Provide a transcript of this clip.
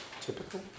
typical